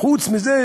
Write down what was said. חוץ מזה,